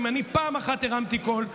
אם אני פעם אחת הרמתי קול,